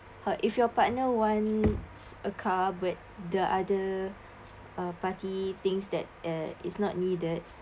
uh if your partner wants a car with the other uh party thinks that uh is not needed